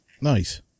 nice